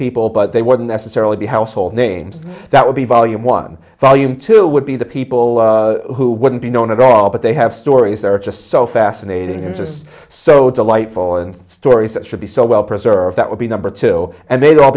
people but they wouldn't necessarily be household names that would be volume one volume two would be the people who wouldn't be known at all but they have stories that are just so fascinating and just so delightful and stories that should be so well preserved that would be number two and they'd all